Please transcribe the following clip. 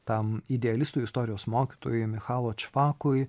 tam idealistui istorijos mokytojui michalo čpakui